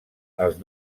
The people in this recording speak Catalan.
els